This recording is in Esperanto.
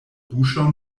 buŝon